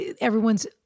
everyone's